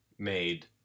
made